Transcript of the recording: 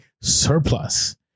surplus